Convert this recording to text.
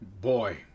boy